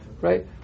Right